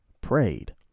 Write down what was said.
prayed